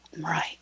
Right